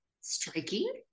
striking